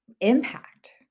impact